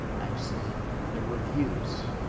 i'm seeing the reviews.